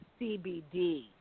CBD